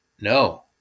no